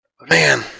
Man